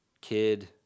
kid